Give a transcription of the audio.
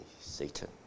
Satan